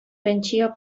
pentsio